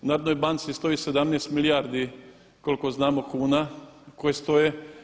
U Narodnoj banci stoji 17 milijardi koliko znamo kuna koje stoje.